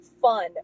fun